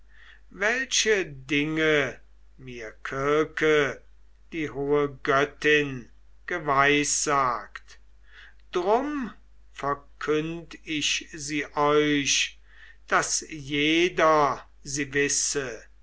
welche dinge mir kirke die hohe göttin geweissagt drum verkünd ich sie euch daß jeder sie wisse